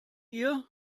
ihr